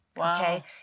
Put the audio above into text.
okay